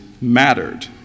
mattered